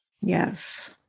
Yes